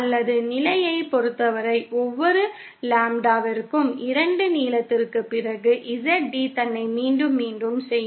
அல்லது நிலையைப் பொறுத்தவரை ஒவ்வொரு லாம்ப்டாவிற்கும் 2 நீளத்திற்குப் பிறகு ZD தன்னை மீண்டும் மீண்டும் செய்யும்